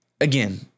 Again